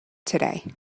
today